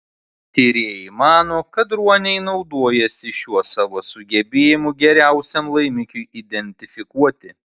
tyrėjai mano kad ruoniai naudojasi šiuo savo sugebėjimu geriausiam laimikiui identifikuoti